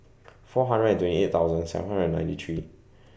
four hundred and twenty eight thousand seven hundred and ninety three